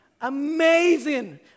amazing